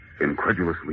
Incredulously